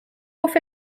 off